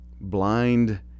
blind